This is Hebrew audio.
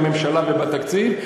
בממשלה ובתקציב,